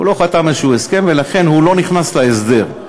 לא חתמו על איזשהו הסכם ולכן לא נכנסו להסדר.